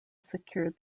secured